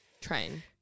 train